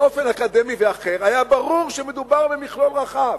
באופן אקדמי ואחר, היה ברור שמדובר במכלול רחב.